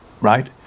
right